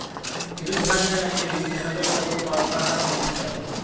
చిరుధాన్యాలనేవి చిన్నపిల్లలకు పోషకాహారం అందిస్తాయి